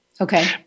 Okay